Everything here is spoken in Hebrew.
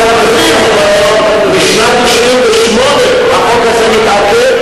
חבר הכנסת רוני בר-און, משנת 1998 החוק הזה מתעכב,